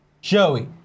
Joey